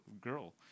girl